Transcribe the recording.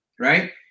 Right